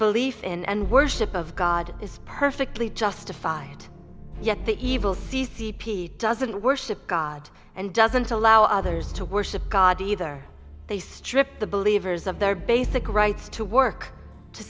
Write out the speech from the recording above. belief in and worship of god is perfectly justified yet the evil c c p doesn't worship god and doesn't allow others to worship god either they strip the believers of their basic rights to work to